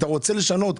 אתה רוצה לשנות?